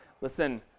Listen